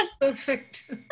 Perfect